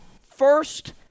First